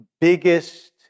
biggest